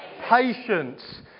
Patience